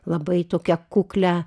labai tokią kuklią